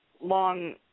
long